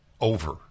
over-